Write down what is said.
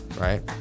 right